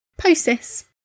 POSIS